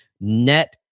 Net